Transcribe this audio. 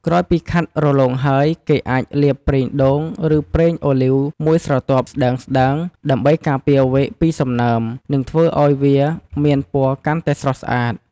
ក្រោយពីខាត់រលោងហើយ គេអាចលាបប្រេងដូង ឬប្រេងអូលីវមួយស្រទាប់ស្តើងៗ ដើម្បីការពារវែកពីសំណើម និងធ្វើឱ្យវាមានពណ៌កាន់តែស្រស់ស្អាត។